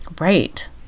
Right